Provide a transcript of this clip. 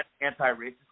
Anti-racist